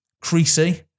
Creasy